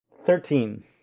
Thirteen